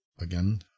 again